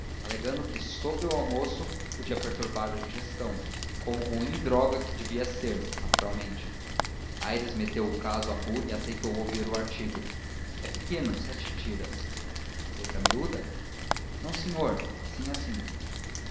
alegando que sobre o almoço podia perturbar a digestão como ruim droga que devia ser naturalmente aires meteu o caso à bulha e aceitou ouvir o artigo é pequeno sete tiras letra miúda não senhor assim assim